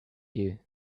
you